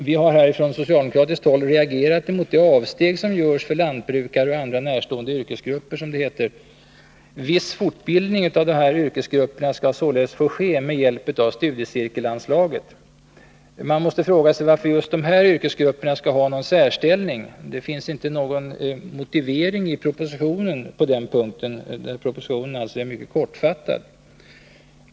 Vi har här från socialdemokratiskt håll reagerat mot det avsteg som görs för lantbrukare och andra närstående yrkesgrupper, som det heter. ”Viss fortbildning” av dessa yrkesgrupper skall således få ske med hjälp av studiecirkelanslaget. Men man måste fråga sig varför just dessa yrkesgrupper skall ha någon särställning. Det finns inte någon motivering i propositionen, där man alltså är mycket kortfattad på denna punkt.